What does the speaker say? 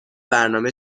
برنامه